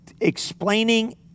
explaining